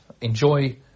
enjoy